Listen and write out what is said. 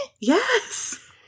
Yes